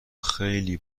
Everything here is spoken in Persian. خیلی